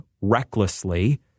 recklessly